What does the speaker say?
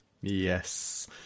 Yes